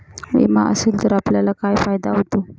विमा असेल तर आपल्याला काय फायदा होतो?